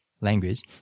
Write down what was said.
language